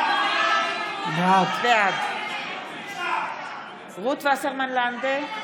בעד רות וסרמן לנדה,